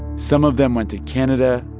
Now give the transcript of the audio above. some of them went to canada,